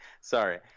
Sorry